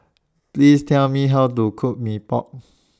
Please Tell Me How to Cook Mee Pok